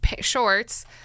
shorts